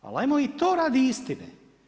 Ali ajmo i to radi istine.